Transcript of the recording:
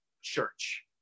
Church